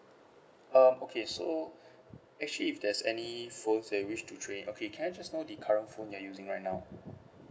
um okay so actually if there's any phones that you wish to trade in okay can I just know the current phone you are using right now